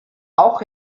auch